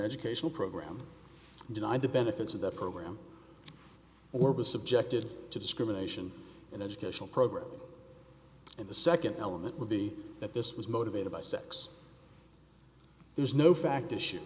educational program denied the benefits of the program or was subjected to discrimination in educational programs and the second element would be that this was motivated by sex there's no fact issue